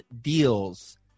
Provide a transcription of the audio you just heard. deals